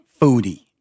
foodie